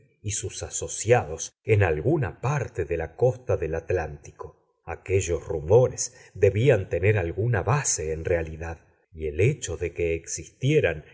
y sus asociados en alguna parte de la costa del atlántico aquellos rumores debían tener alguna base en realidad y el hecho de que existieran